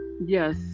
yes